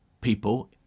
people